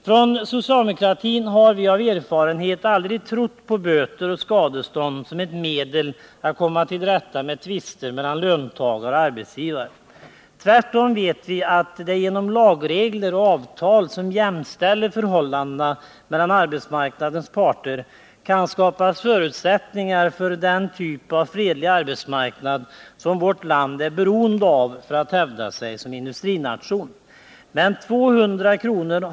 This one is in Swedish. Från socialdemokratin har vi av erfarenhet aldrig trott på böter och skadestånd som ett medel att komma till rätta med tvister mellan löntagare och arbetsgivare. Tvärtom vet vi att det genom lagregler och avtal, som jämställer arbetsmarknadens parter, kan skapas förutsättningar för den typ av fredlig arbetsmarknad som vårt land är beroende av för att hävda sig som industrination. Men 200 kr.